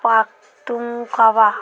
Pakhtunkhwa